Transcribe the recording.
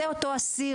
אותו אסיר,